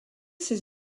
ses